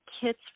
kids